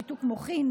שיתוק מוחין,